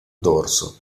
dorso